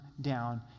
down